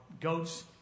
goats